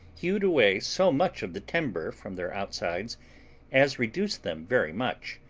hewed away so much of the timber from their outsides as reduced them very much,